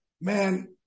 man